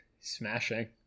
Smashing